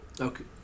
Okay